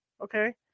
Okay